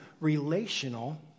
relational